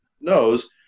knows